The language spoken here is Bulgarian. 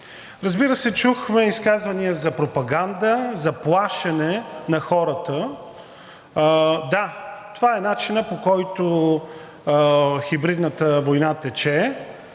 Разбира се, чухме изказвания за пропаганда, за плашене на хората. Да, това е начинът, по който хибридната война тече